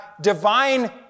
divine